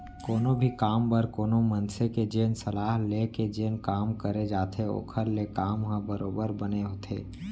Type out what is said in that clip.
कोनो भी काम बर कोनो मनसे के जेन सलाह ले के जेन काम करे जाथे ओखर ले काम ह बरोबर बने होथे